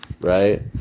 right